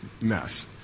mess